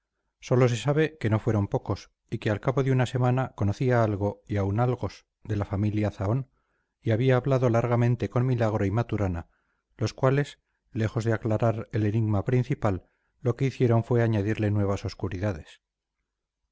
sólo se sabe que no fueron pocos y que al cabo de una semana conocía algo y aun algos de la familia zahón y había hablado largamente con milagro y maturana los cuales lejos de aclarar el enigma principal lo que hicieron fue añadirle nuevas obscuridades